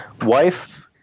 wife